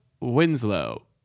Winslow